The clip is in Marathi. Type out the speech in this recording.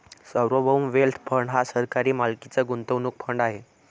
सार्वभौम वेल्थ फंड हा सरकारी मालकीचा गुंतवणूक फंड आहे